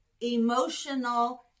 emotional